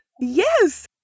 Yes